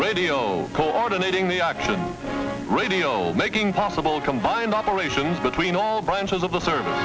radio coordinating the action radio making possible combined operations between all branches of the serv